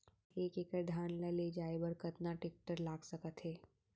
एक एकड़ धान ल ले जाये बर कतना टेकटर लाग सकत हे?